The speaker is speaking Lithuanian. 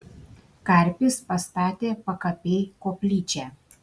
karpis pastatė pakapėj koplyčią